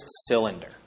Cylinder